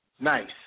nice